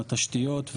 התשתיות,